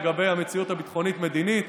לגבי המציאות ביטחונית-מדינית.